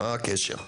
מה הקשר?